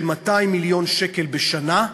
של 200 מיליון שקל בשנה,